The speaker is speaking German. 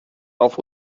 auf